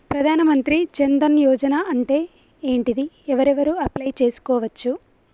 ప్రధాన మంత్రి జన్ ధన్ యోజన అంటే ఏంటిది? ఎవరెవరు అప్లయ్ చేస్కోవచ్చు?